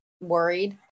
worried